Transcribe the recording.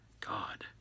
God